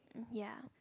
ya